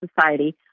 Society